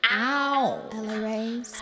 Ow